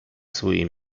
свої